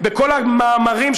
בכל המאמרים,